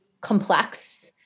complex